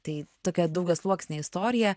tai tokia daugiasluoksnė istorija